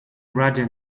radio